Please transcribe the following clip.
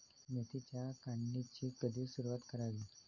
मेथीच्या काढणीची कधी सुरूवात करावी?